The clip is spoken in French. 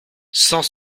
cent